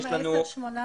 כמה, 10.8 מיליון?